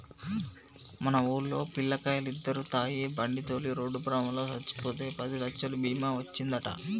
మన వూల్లో పిల్లకాయలిద్దరు తాగి బండితోలి రోడ్డు ప్రమాదంలో సచ్చిపోతే పదిలచ్చలు బీమా ఒచ్చిందంట